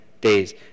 days